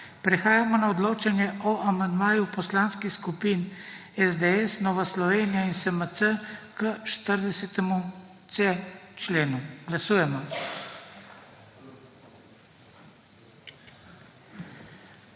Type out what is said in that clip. Prehajamo na odločanje o amandmaju poslanskih skupin SDS, Nova Slovenija in SMC k 40.c členu. Glasujemo.